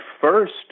first